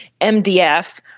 MDF